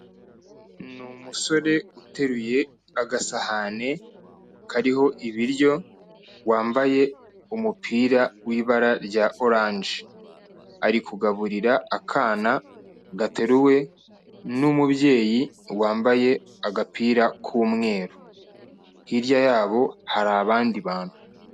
Ni umusore uteruye agasahani kariho ibiryo wambaye umupira w'ibara rya oranje, ari kugaburira akana gateruwe n'umubyeyi wambaye agapira k'umweru, hirya yabo hari abandi bantu.